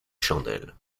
chandelles